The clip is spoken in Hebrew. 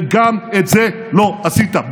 וגם את זה לא עשית,